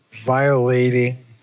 violating